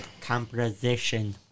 composition